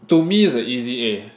to me it's a easy A